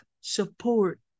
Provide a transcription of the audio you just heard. support